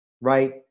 right